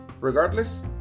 Regardless